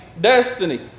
destiny